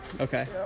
Okay